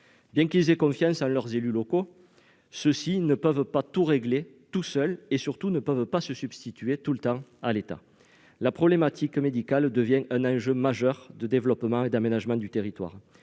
Bien qu'ils aient confiance en leurs élus locaux, ces derniers ne peuvent pas tout régler seuls et, surtout, ils ne peuvent pas se substituer en permanence à l'État. La problématique médicale devient un enjeu majeur de développement et d'aménagement du territoire.